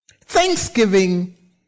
Thanksgiving